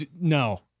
no